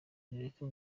reka